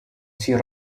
sir